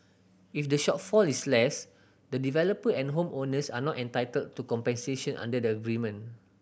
if the shortfall is less the developer and home owners are not entitled to compensation under the agreement